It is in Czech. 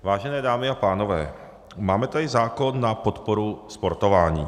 Vážené dámy a pánové, máme tady zákon na podporu sportování.